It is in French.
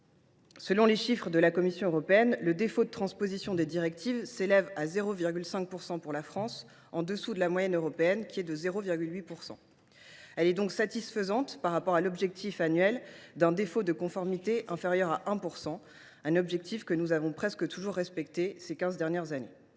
Selon les chiffres de la Commission, le défaut de transposition des directives s’élève à 0,5 % pour la France, en dessous de la moyenne européenne de 0,8 %. La situation est donc satisfaisante au regard de l’objectif annuel d’un défaut de conformité inférieur à 1 %, que nous avons presque toujours respecté ces quinze dernières années.